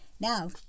Now